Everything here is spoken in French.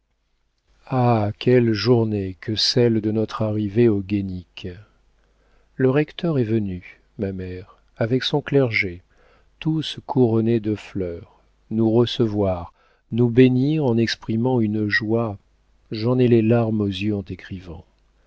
ah quelle journée que celle de notre arrivée au guénic le recteur est venu ma mère avec son clergé tous couronnés de fleurs nous recevoir nous bénir en exprimant une joie j'en ai les larmes aux yeux en